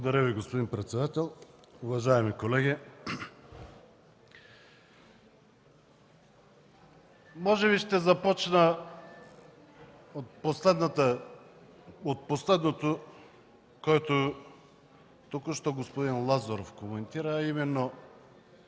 Благодаря Ви, господин председател. Уважаеми колеги! Може би ще започна от последното, което току-що господин Лазаров коментира, а именно